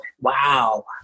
Wow